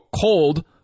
cold